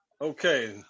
Okay